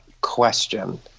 question